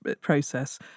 process